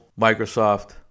Microsoft